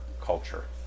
culture